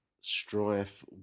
strife